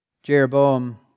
Jeroboam